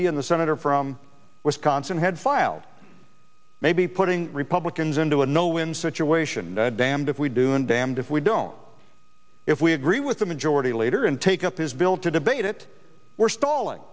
he and the senator from wisconsin had filed may be putting republicans into a no win situation damned if we do and damned if we don't if we agree with the majority leader and take up his bill to debate it we're stalling